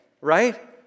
right